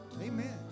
amen